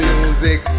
music